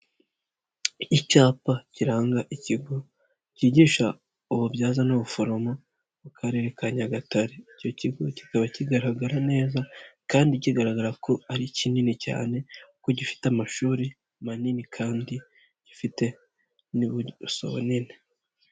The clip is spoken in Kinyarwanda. Icyapa kiranga ikigo cyigisha ububyaza n'ubuforomo mu karere ka Nyagatare, icyo kigo kikaba kigaragara neza kandi kigaragara ko ari kinini cyane kuko gifite amashuri manini kandi gifite n'ubuso bunini.